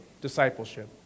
discipleship